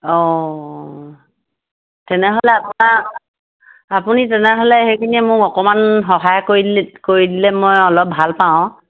অঁ তেনেহ'লে আপোনাৰ আপুনি তেনেহ'লে সেইখিনিয়ে মোক অকণমান সহায় কৰিলে কৰি দিলে মই অলপ ভাল পাওঁ